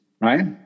right